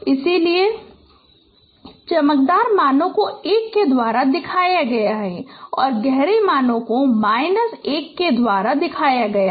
इसलिए चमकदार मानों को 1 के द्वारा दिखाया गया है और गहरे मानों को 1 द्वारा दिखाया गया है